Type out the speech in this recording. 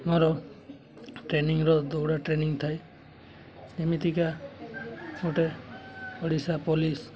ମୋର ଟ୍ରେନିଂର ଦୌଡ଼ା ଟ୍ରେନିଂ ଥାଏ ଯେମିତିକା ଗୋଟେ ଓଡ଼ିଶା ପୋଲିସ